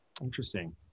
Interesting